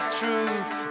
truth